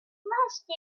last